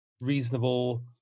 reasonable